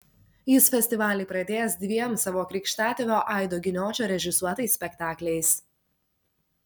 jis festivalį pradės dviem savo krikštatėvio aido giniočio režisuotais spektakliais